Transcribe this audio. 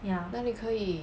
那里可以